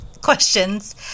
questions